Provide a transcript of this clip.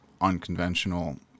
unconventional